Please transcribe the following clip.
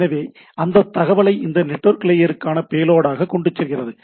எனவே அந்தத் தகவலை இந்த நெட்வொர்க் லேயருக்கான பேலோடாக கொண்டு செல்கிறது